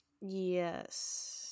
yes